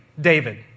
David